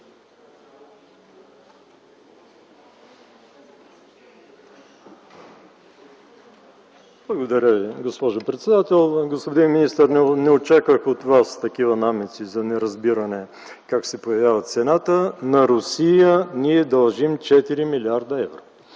Благодаря Ви, госпожо председател. Господин министър, не очаквах от Вас такива намеци за неразбиране как се появява цената. На Русия ние дължим 4 млрд. евро.